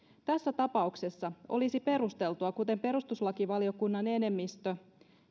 tässä tapauksessa olisi perusteltua kuten perustuslakivaliokunnan enemmistö